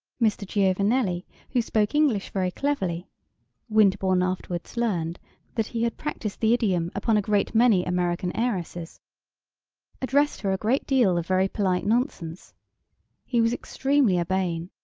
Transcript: mr. giovanelli, who spoke english very cleverly winterbourne afterward learned that he had practiced the idiom upon a great many american heiresses addressed her a great deal of very polite nonsense he was extremely urbane,